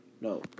No